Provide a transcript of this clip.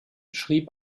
schrieb